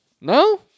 no